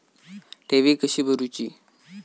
ठेवी कशी भरूची?